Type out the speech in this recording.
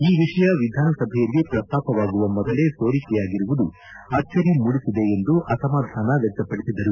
ಈ ವಿಷಯ ವಿಧಾನಸಭೆಯಲ್ಲಿ ಪ್ರಸ್ತಾಪವಾಗುವ ಮೊದಲೇ ಸೋರಿಕೆಯಾಗಿರುವುದು ಅಚ್ಚರಿ ಮೂಡಿಸಿದೆ ಎಂದು ಅಸಮಾಧಾನ ವ್ಯಕ್ತಪಡಿಸಿದರು